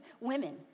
women